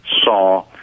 saw